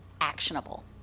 actionable